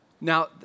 Now